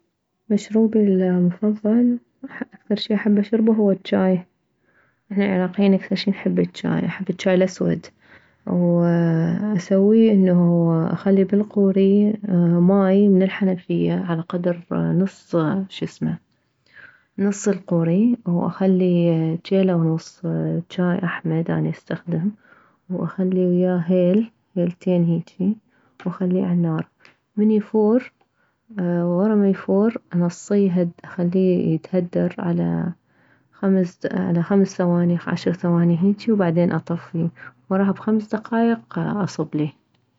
مشروبي المفضل اكثر شي احب اشربه هو الجاي احنا العراقيين اكثر شي نحبه هو الجاي الجاي الاسود واسويه انه اخلي بالقوري ماي من الحنفية على قدر نص شسمه نص القوري واخلي جيلة ونص جاي احمد اني استخدم واخلي وياه هيل هيلتين هيجي واخليه عالنار من يفور وره ما يفور انصيه اخليه يتهدر على خمس على خمس ثواني عشر ثواني هيجي وبعدن اطفيه وراها بخمس دقايق اصبلي